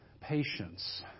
patience